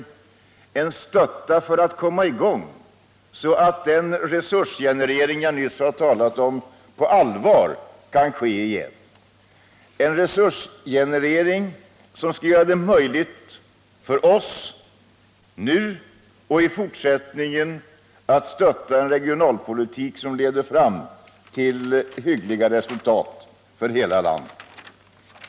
Det gäller en stötta för att komma i gång, så att den resursgenerering jag nyss har talat om på allvar kan ske igen, en resursgenerering som skall göra det möjligt för oss, nu och i fortsättningen, att föra en regionalpolitik som leder till hyggliga resultat för hela landet.